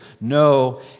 No